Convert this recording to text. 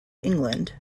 england